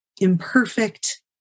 imperfect